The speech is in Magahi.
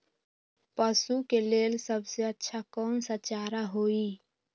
पशु के लेल सबसे अच्छा कौन सा चारा होई?